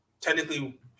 technically